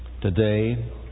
today